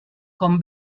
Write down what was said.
com